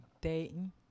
dating